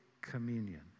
Communion